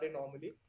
normally